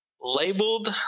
labeled